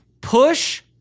push